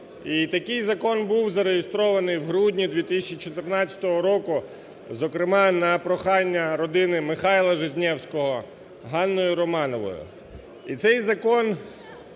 такий закон був зареєстрований у грудні 2014 року, зокрема на прохання родини Михайла Жизневського, Ганною Романовою.